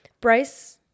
Bryce